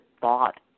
thought